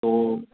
તો